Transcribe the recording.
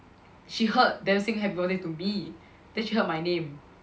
she heard them sing happy birthday to me then she heard my name